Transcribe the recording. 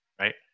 right